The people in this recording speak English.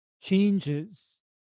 changes